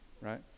right